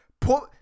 put